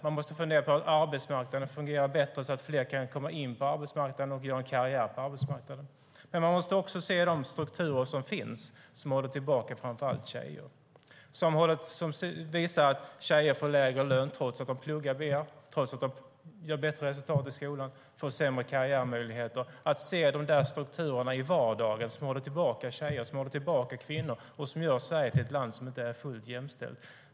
Man måste fundera på hur arbetsmarknaden kan fungera bättre, så att fler kan komma in på arbetsmarknaden och göra karriär. Men man måste också se de strukturer som finns och som håller tillbaka framför allt tjejer. Tjejer får lägre lön och sämre karriärmöjligheter trots att de pluggar mer och har bättre resultat i skolan. Det finns strukturer i vardagen som håller tillbaka tjejer och kvinnor och gör Sverige till ett land som inte är fullt jämställt.